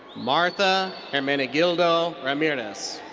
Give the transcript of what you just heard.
martha hermenegildo ramirez.